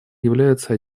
являются